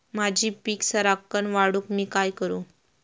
माझी पीक सराक्कन वाढूक मी काय करू?